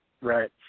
Right